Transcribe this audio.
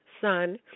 son